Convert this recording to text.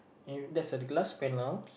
ya that's a glass panel